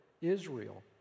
Israel